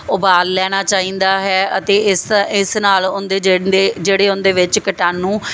ਉਬਾਲ ਲੈਣਾ ਚਾਹੀਦਾ ਹੈ ਅਤੇ ਇਸ ਇਸ ਨਾਲ ਉਹਦੇ ਜਿਹਨ ਦੇ ਜਿਹੜੇ ਉਹਨਦੇ ਵਿੱਚ ਕੀਟਾਣੂ